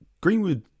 Greenwood